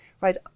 right